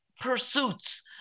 pursuits